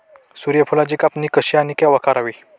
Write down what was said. सूर्यफुलाची कापणी कशी आणि केव्हा करावी?